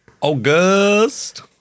August